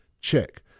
Check